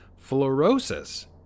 Fluorosis